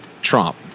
Trump